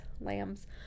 Lambs